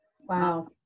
Wow